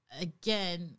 Again